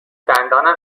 دندانم